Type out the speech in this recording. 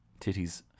titties